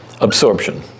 absorption